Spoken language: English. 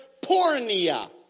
pornia